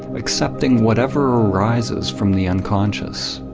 accepting whatever arises from the unconscious.